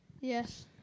Yes